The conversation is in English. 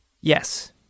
Yes